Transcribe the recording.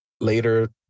Later